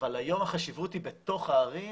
אבל היום החשיבות היא בתוך הערים,